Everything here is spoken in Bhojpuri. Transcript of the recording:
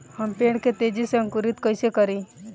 हम पेड़ के तेजी से अंकुरित कईसे करि?